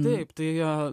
taip tu jo